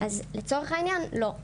לצורך העניין, לא.